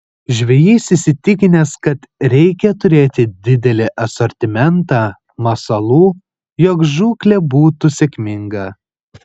žvejys įsitikinęs kad reikia turėti didelį asortimentą masalų jog žūklė būtų sėkminga